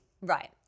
right